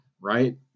Right